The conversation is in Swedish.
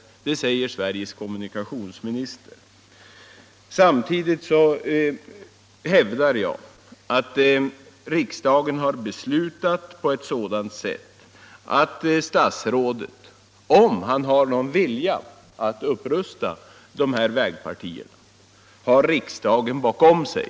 Detta säger Sveriges kommunikationsminister. Men jag hävdar att riksdagen fattade ett sådant beslut att statsrådet, om han har någon vilja att rusta upp dessa vägar, har riksdagen bakom sig.